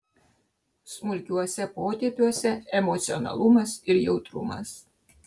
smulkiuose potėpiuose emocionalumas ir jautrumas